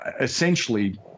essentially